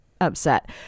upset